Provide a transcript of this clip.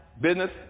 business